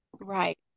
Right